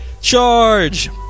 Charge